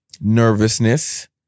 nervousness